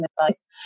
advice